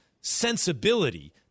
sensibility